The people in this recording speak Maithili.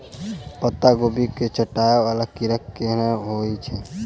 पत्ता कोबी केँ चाटय वला कीड़ा केहन होइ छै?